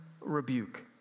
rebuke